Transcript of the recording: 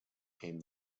came